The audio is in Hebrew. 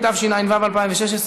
התשע"ו 2016,